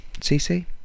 CC